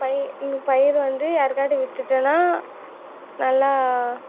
பயி எங்கள் பயிரை வந்து யாருக்காட்டு விற்றுட்டேன்னா நல்லா